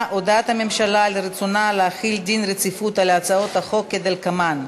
הודעת הממשלה על רצונה להחיל דין רציפות על הצעות חוק כדלקמן.